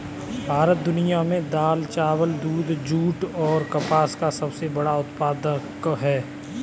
भारत दुनिया में दाल, चावल, दूध, जूट और कपास का सबसे बड़ा उत्पादक है